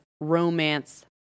romance